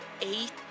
eight